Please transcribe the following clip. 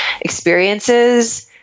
experiences